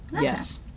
yes